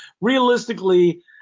realistically